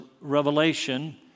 Revelation